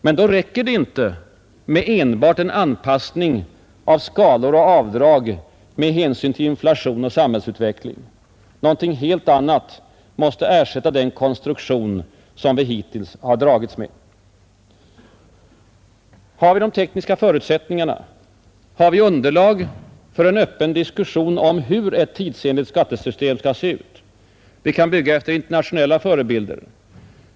Men då räcker det inte med enbart en anpassning av skalor och avdrag med hänsyn till inflation och samhällsutveckling. Någonting helt annat måste ersätta den konstruktion vi hittills dragits med. Har vi de tekniska förutsättningarna? Har vi underlaget för en öppen diskussion om hur ett tidsenligt skattesystem skall se ut? Vi kan bygga efter internationella förebilder.